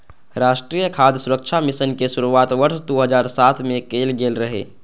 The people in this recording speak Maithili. राष्ट्रीय खाद्य सुरक्षा मिशन के शुरुआत वर्ष दू हजार सात मे कैल गेल रहै